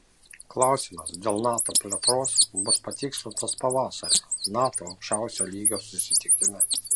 klausimas dėl nato plėtros bus patikslintas pavasarį nato aukščiausio lygios susitikime